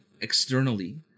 externally